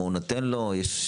מה הוא נותן לו.